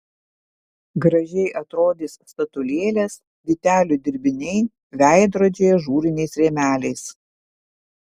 gražiai atrodys statulėlės vytelių dirbiniai veidrodžiai ažūriniais rėmeliais